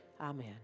Amen